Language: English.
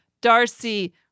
Darcy